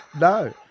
No